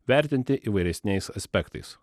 vertinti įvairesniais aspektais